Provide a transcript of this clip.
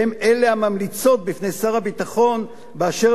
והן אלה הממליצות בפני שר הביטחון באשר